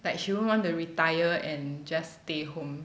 like she wouldn't want to retire and just stay home